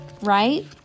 right